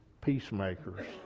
Peacemakers